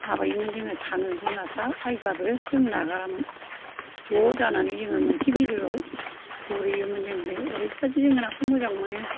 माबायोमोन जोङो थाङो बिमा बिफा रायबाबो जों नागारामोन ज' जानानै जोङो मोनसे बिलोआव गुरहैयोमोन जों बे ओरैबादि जोङो नाखौ मोजां मोनो